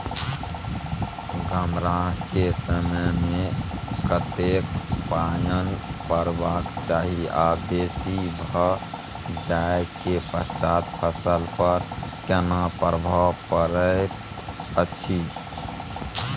गम्हरा के समय मे कतेक पायन परबाक चाही आ बेसी भ जाय के पश्चात फसल पर केना प्रभाव परैत अछि?